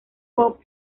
bob